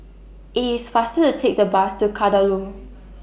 IT IS faster to Take The Bus to Kadaloor